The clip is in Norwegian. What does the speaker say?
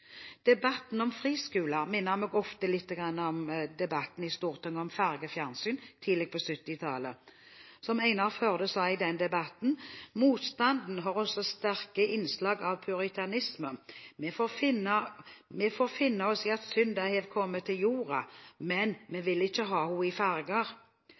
Debatten om friskoler minner meg ofte litt om debatten i Stortinget om fargefjernsyn tidlig på 1970-tallet. Som Einar Førde sa i den debatten: «Motstanden har også sterke innslag av puritanisme: Me får finne oss i at synda er komen til jorda, men